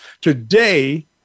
Today